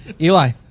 Eli